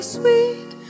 sweet